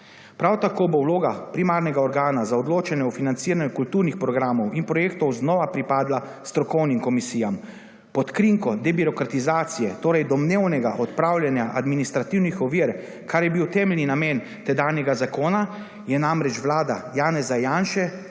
Prav tako bo vloga primarnega organa za odločanje o financiranju kulturnih programov in projektov znova pripadla strokovnim komisijam. Pod krinko debirokratizacije, torej domnevnega odpravljanja administrativnih ovir, kar je bil temeljni namen tedanjega zakona, je namreč Vlada Janeza Janše